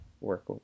work